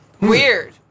Weird